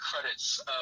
credits